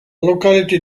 localité